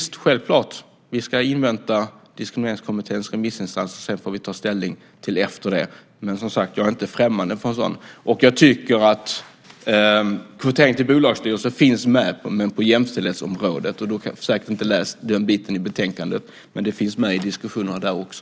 Självklart ska vi invänta Diskrimineringskommitténs remissinstanser och ta ställning efteråt, men jag är som sagt inte främmande för detta. Kvotering till bolagsstyrelser finns också med, men på jämställdhetsområdet. Du har säkert inte läst den biten i betänkandet, men det finns med i diskussionerna där också.